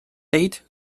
teid